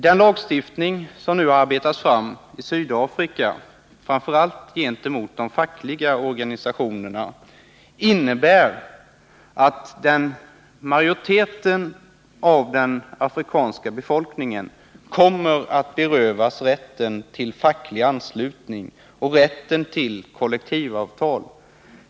Den lagstiftning som nu arbetas fram i Sydafrika, framför allt gentemot de fackliga organisationerna, innebär att majoriteten av den afrikanska befolkningen kommer att berövas rätten till facklig anslutning och rätten till kollektivavtal.